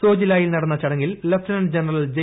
സോജിലായിൽ നടന്ന ചടങ്ങിൽ lieutenant general J